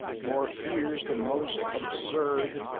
or fears the most absurd,